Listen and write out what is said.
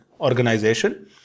organization